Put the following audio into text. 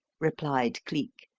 replied cleek.